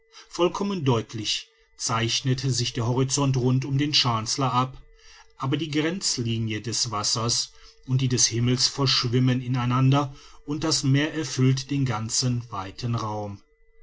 vollkommen deutlich zeichnet sich der horizont rund um den chancellor ab aber die grenzlinie des wassers und die des himmels verschwimmen in einander und das meer erfüllt den ganzen weiten raum